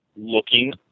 looking